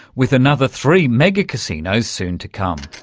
with another three mega-casinos soon to come.